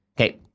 Okay